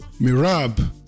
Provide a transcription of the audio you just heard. Mirab